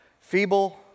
feeble